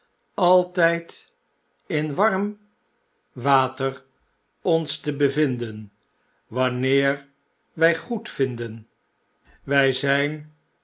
altijd in warm wate r ons te bevinden wanneer wy goedvinden wy zyn